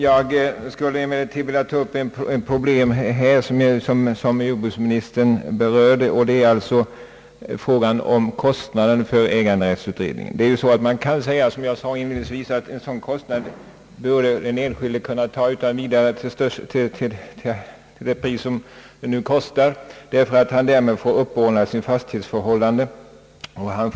Jag skulle vilja ta upp ett problem som jordbruksministern berörde, nämligen frågan om kostnaden för äganderättsutredningen. Jag sade inledningsvis att det kan tänkas att den kostnaden borde den enskilde kunna ta, eftersom han får sina fastighetsförhållanden uppordnade.